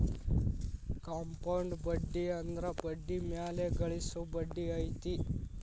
compound ಬಡ್ಡಿ ಅಂದ್ರ ಬಡ್ಡಿ ಮ್ಯಾಲೆ ಗಳಿಸೊ ಬಡ್ಡಿ ಐತಿ